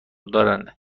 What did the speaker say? دارن